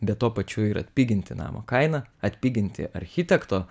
bet tuo pačiu ir atpiginti namo kainą atpiginti architekto